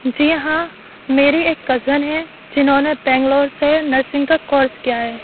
جی ہاں میری ایک کزن ہے جنہوں نے بنگلور سے نرسنگ کا کورس کیا ہے